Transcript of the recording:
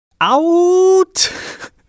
Out